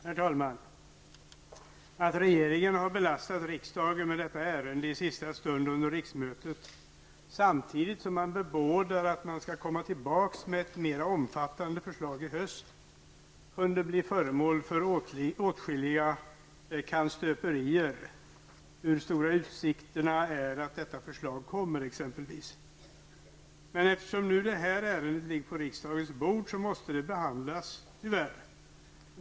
Herr talman! Att regeringen har belastat riksdagen med detta ärende i sista stund under riksmötet, samtidigt som man bebådar att man skall komma tillbaka med ett mer omfattande förslag i höst, kunde bli föremål för åtskilliga kannstöperier, exempelvis i fråga om hur stora utsikterna är att detta förslag kommer. Eftersom ärendet nu ligger på riksdagens bord måste det tyvärr också behandlas.